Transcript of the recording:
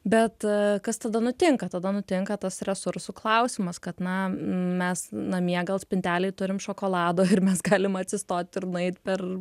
bet kas tada nutinka tada nutinka tas resursų klausimas kad na mes namie gal spintelėj turime šokolado ir mes galim atsistot ir nueiti per